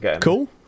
Cool